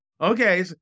Okay